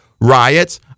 riots